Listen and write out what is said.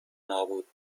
نابود